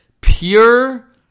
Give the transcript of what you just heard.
pure